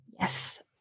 Yes